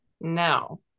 No